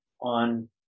on